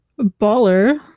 Baller